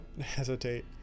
hesitate